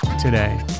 today